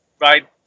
right